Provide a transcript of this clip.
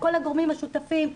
כל הגורמים השותפים,